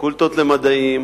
בפקולטות למדעים